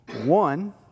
One